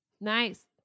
nice